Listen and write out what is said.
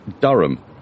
Durham